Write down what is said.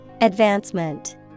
advancement